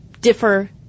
differ